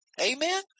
Amen